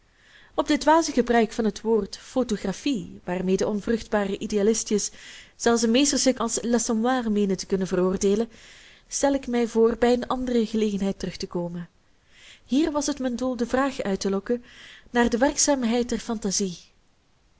op dit dwaze gebruik van het woord photografie waarmede onvruchtbare idealistjes zelfs een meesterstuk als l'assommoir meenen te kunnen veroordeelen stel ik mij voor bij eene andere gelegenheid terugtekomen hier was het mijn doel de vraag uittelokken naar de werkzaamheid der fantasie